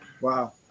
Wow